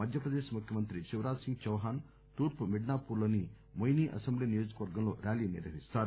మధ్యప్రదేశ్ ముఖ్యమంత్రి శివరాజ్ సింగ్ చౌహాన్ తూర్పు మిడ్సాపూర్ లోని మొయినీ అసెంబ్లీ నియోజకవర్గంలో ర్యాలీని నిర్వహిస్తారు